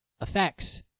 effects